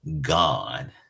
God